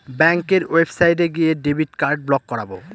ব্যাঙ্কের ওয়েবসাইটে গিয়ে ডেবিট কার্ড ব্লক করাবো